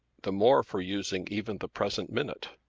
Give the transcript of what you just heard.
the more for using even the present minute.